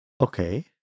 Okay